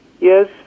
Yes